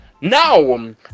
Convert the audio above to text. Now